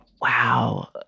wow